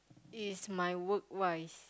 is my work wise